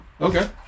Okay